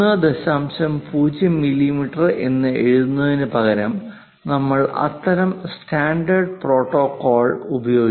0 millimetre എഴുതുന്നതിനുപകരം നമ്മൾ അത്തരം സ്റ്റാൻഡേർഡ് പ്രോട്ടോക്കോൾ ഉപയോഗിക്കും